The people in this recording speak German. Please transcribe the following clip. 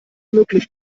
möglich